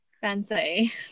Fancy